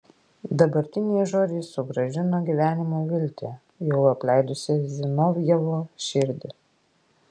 dabartiniai žodžiai sugrąžino gyvenimo viltį jau apleidusią zinovjevo širdį